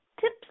tips